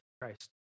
Christ